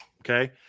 Okay